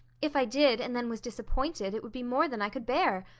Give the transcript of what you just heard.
if i did and then was disappointed, it would be more than i could bear.